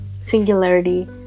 Singularity